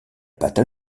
pâte